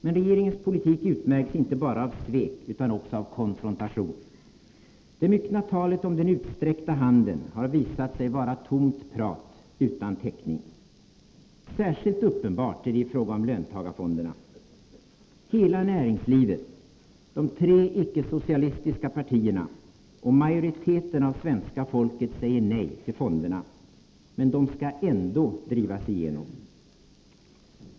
Men regeringens politik utmärks inte bara av svek utan också av konfrontation. Det myckna talet om ”den utsträckta handen” har visat sig vara tomt prat utan täckning. Särskilt uppenbart är detta i fråga om löntagarfonderna. Hela näringslivet, de tre icke-socialistiska partierna och majoriteten av svenska folket säger nej till fonderna. Men de skall ändå drivas igenom.